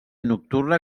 nocturna